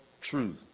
truth